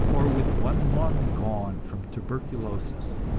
or with one lung gone from tuberculosis.